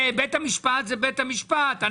בית המשפט זה בית המשפט.